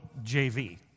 JV